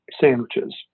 sandwiches